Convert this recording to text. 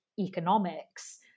economics